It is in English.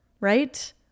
right